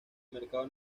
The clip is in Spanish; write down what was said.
mercado